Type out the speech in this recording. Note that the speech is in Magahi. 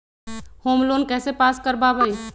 होम लोन कैसे पास कर बाबई?